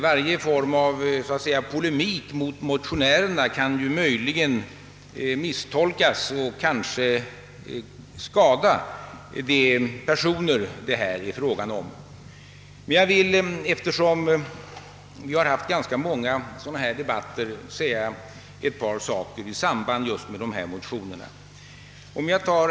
Varje form av polemik mot sådana motioner kunde möjligen misstolkas och kanske skada de personer det är fråga om. Men jag vill, eftersom vi har haft ganska många sådana debatter, säga ett par saker i samband med de motioner det här gäller.